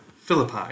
Philippi